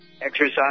exercise